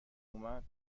اومد